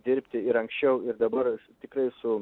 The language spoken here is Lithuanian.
dirbti ir anksčiau ir dabar tikrai su